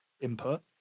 input